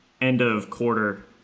end-of-quarter